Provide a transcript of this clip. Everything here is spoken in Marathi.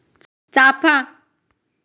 चाफा